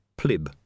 plib